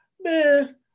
Man